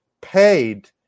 paid